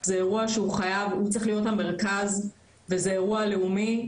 זה אירוע שהוא צריך להיות המרכז וזה אירוע לאומי.